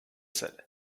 said